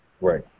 Right